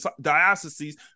dioceses